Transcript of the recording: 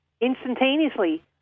Instantaneously